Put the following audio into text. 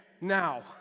now